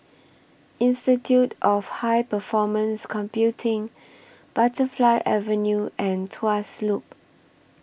Institute of High Performance Computing Butterfly Avenue and Tuas Loop